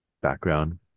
background